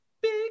Big